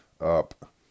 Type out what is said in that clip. up